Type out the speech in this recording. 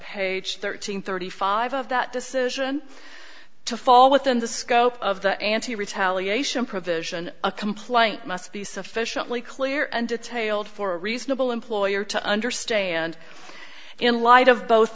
page thirteen thirty five of that decision to fall within the scope of the anti retaliation provision a complaint must be sufficiently clear and detailed for a reasonable employer to understand in light of both